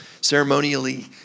ceremonially